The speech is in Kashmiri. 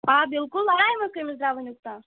آ بِلکُل لَڑایہِ منٛز کٔمِس درٛاو وُنیُکتَام